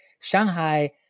Shanghai